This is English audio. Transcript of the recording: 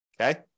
Okay